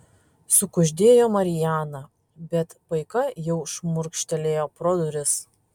sukuždėjo mariana bet paika jau šmurkštelėjo pro duris